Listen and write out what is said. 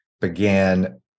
began